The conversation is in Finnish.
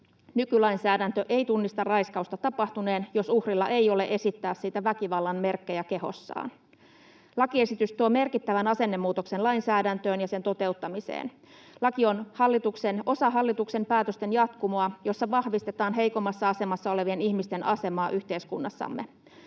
Nykylainsäädäntö ei tunnista raiskausta tapahtuneen, jos uhrilla ei ole esittää siitä väkivallan merkkejä kehossaan. Lakiesitys tuo merkittävän asennemuutoksen lainsäädäntöön ja sen toteuttamiseen. Laki on osa hallituksen päätösten jatkumoa, jossa vahvistetaan heikommassa asemassa olevien ihmisten asemaa yhteiskunnassamme.